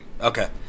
Okay